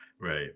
Right